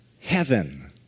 heaven